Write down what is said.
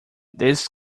this